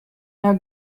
now